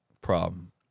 problem